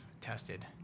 tested